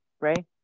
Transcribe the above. right